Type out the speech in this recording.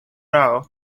rao